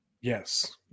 Yes